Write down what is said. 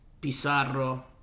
Pizarro